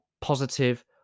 positive